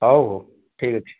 ହଉ ହଉ ଠିକ୍ ଅଛି